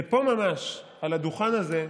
ופה ממש, על הדוכן הזה,